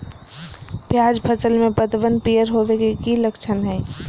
प्याज फसल में पतबन पियर होवे के की लक्षण हय?